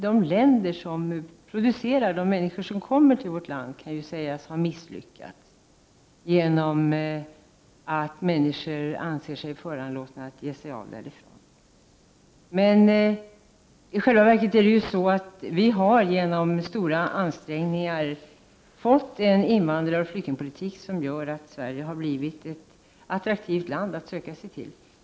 De länder som flyktingarna kommer från kan ju sägas ha misslyckats, eftersom dessa människor anser sig föranlåtna att ge sig av därifrån. Men i själva verket har Sverige genom stora ansträngningar skapat en sådan flyktingpolitik som gör att Sverige har blivit ett attraktivt land att söka sig till.